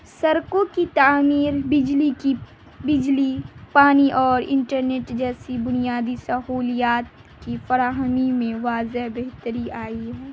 سڑکوں کی تعمییر بجلی کی بجلی پانی اور انٹرنیٹ جیسی بنیادی سہولیات کی فراہمی میں واضح بہتری آئی ہے